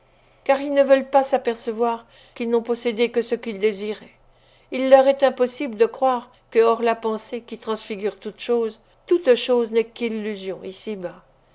car ils ne veulent pas s'apercevoir qu'ils n'ont possédé que ce qu'ils désiraient il leur est impossible de croire que hors la pensée qui transfigure toutes choses toute chose n'est qu'illusion ici-bas